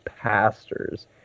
pastors